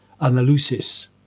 analysis